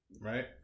right